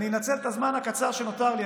אני אנצל את הזמן הקצר שנותר לי,